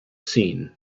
seen